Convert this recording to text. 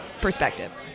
perspective